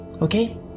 okay